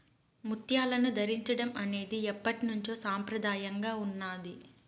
ముత్యాలను ధరించడం అనేది ఎప్పట్నుంచో సంప్రదాయంగా ఉన్నాది